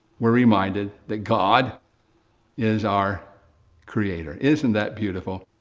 we're reminded that god is our creator. isn't that beautiful?